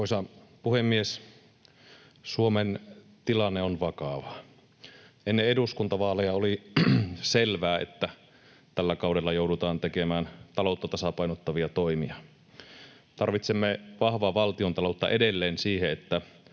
Arvoisa puhemies! Suomen tilanne on vakava. Ennen eduskuntavaaleja oli selvää, että tällä kaudella joudutaan tekemään taloutta tasapainottavia toimia. Tarvitsemme vahvaa valtiontaloutta edelleen siihen,